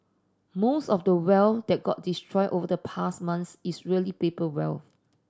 most of the wealth that got destroyed over the past month is really paper wealth